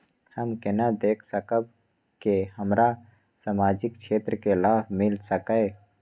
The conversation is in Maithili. हम केना देख सकब के हमरा सामाजिक क्षेत्र के लाभ मिल सकैये?